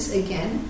again